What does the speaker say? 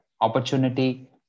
opportunity